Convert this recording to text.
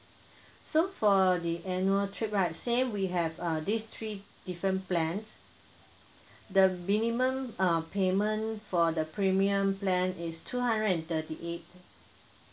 so for the annual trip right same we have uh this three different plans the minimum uh payment for the premium plan is two hundred and thirty eight